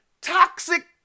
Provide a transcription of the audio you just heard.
Toxic